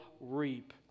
reap